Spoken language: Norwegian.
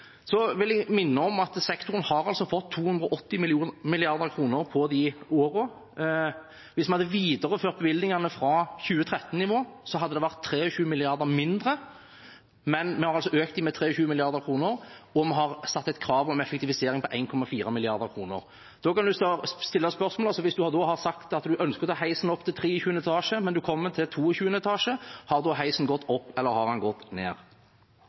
Så vil jeg minne om at sektoren altså har fått 280 mrd. kr på de årene. Hvis vi hadde videreført bevilgningene fra 2013-nivå, hadde det vært 23 mrd. kr mindre, men vi har altså økt med 23 mrd. kr, og vi har satt et krav om effektivisering på 1,4 mrd. kr. Da kan man stille spørsmålet: Hvis man da har sagt at man ønsker å ta heisen opp til 23. etasje, men man kommer til 22. etasje, har heisen da gått opp eller har den gått ned?